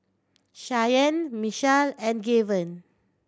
Shyanne Mechelle and Gaven